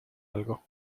algo